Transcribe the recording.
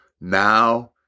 now